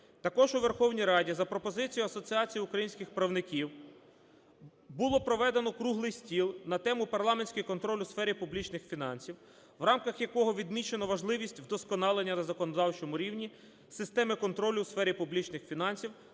Також у Верховній Раді за пропозицією Асоціації українських правників було проведено круглий стіл на тему: "Парламентський контроль у сфері публічних фінансів", в рамках якого відмічено важливість вдосконалення на законодавчому рівні системи контролю у сфері публічних фінансів